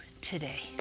today